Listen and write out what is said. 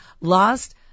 lost